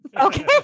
Okay